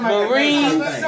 Marines